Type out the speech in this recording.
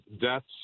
deaths